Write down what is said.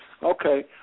Okay